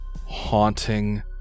haunting